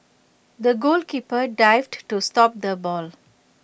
the goalkeeper dived to stop the ball